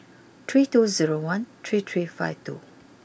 three two zero one three three five two